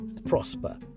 prosper